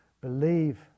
believe